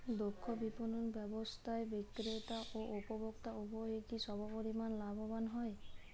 দক্ষ বিপণন ব্যবস্থায় বিক্রেতা ও উপভোক্ত উভয়ই কি সমপরিমাণ লাভবান হয়?